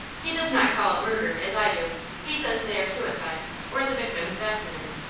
he does not call it murder, as i do he says they are suicides, or the victims of accident.